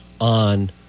on